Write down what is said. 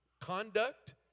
conduct